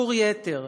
משטור יתר.